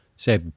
Say